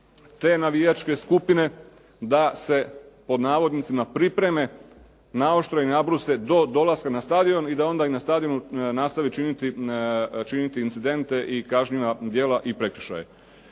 te navijačke skupine da se pod navodnicima pripreme, naoštre i nabruse do dolaska na stadion i da onda i na stadionu nastave činiti incidente i kažnjiva djela i prekršaje.